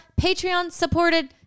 Patreon-supported